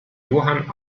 johann